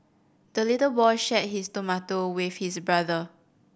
the little boy shared his tomato with his brother